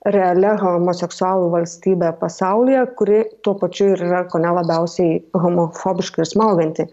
realia homoseksualų valstybe pasaulyje kuri tuo pačiu yra kone labiausiai homofobiška ir smaugianti